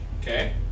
Okay